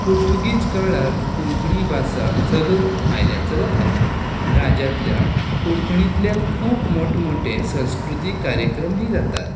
पुर्तुगीज काळांत कोंकणी भाशा चलत आयल्या चलत आयल्या राज्यांतल्या कोंकणीतल्यान खूब मोठ मोठे संस्कृतीक कार्यक्रमूय जातात